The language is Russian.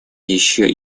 еще